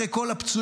אחרי כל הפצועים,